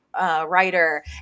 Writer